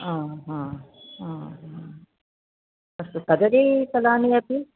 अस्तु कदलीफलानि अपि